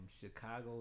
Chicago